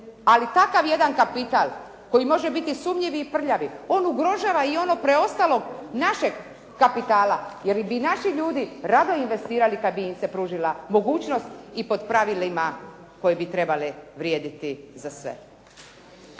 Ali takav jedan kapital koji može biti sumnjiv i prljavi, on ugrožava i ono preostalog našeg kapitala jer bi i naši ljudi rado investirali kad bi im se pružila mogućnost i pod pravilima koji bi trebali vrijediti za sve.